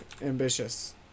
ambitious